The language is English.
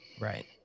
right